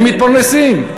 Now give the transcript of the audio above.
הם מתפרנסים,